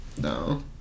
No